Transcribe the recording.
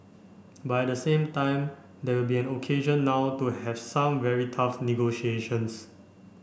but at the same time there will be an occasion now to have some very tough negotiations